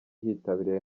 hitabiriye